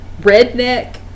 redneck